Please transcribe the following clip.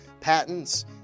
patents